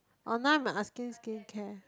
oh now I'm asking skincare